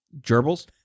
Gerbils